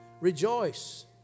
rejoice